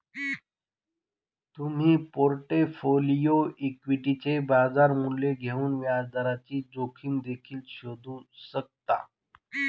तुम्ही पोर्टफोलिओ इक्विटीचे बाजार मूल्य घेऊन व्याजदराची जोखीम देखील शोधू शकता